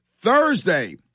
Thursday